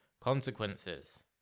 consequences